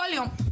כל יום.